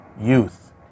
youth